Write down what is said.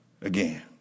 again